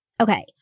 Okay